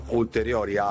ulteriori